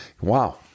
wow